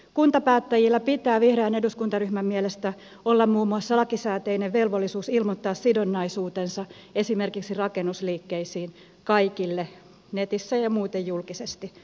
kuntapäättäjillä pitää vihreän eduskuntaryhmän mielestä olla muun muassa lakisääteinen velvollisuus ilmoittaa sidonnaisuutensa esimerkiksi rakennusliikkeisiin kaikille netissä ja muuten julkisesti